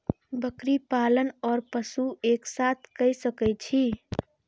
बकरी पालन ओर पशु एक साथ कई सके छी?